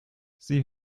sie